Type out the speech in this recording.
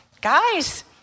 Guys